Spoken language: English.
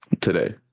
today